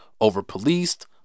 over-policed